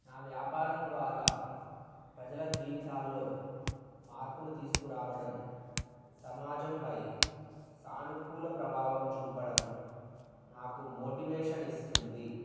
నా వ్యాపారం ద్వారా ప్రజల జీవితాల్లో మార్పును తీసుకురావడం సమాజంపై సానుకూల ప్రభావం చూపడం నాకు మోటివేషన్ ఇస్తుంది